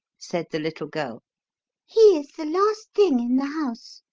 said the little girl he is the last thing in the house.